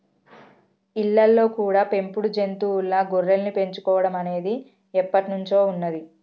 ఇళ్ళల్లో కూడా పెంపుడు జంతువుల్లా గొర్రెల్ని పెంచుకోడం అనేది ఎప్పట్నుంచో ఉన్నది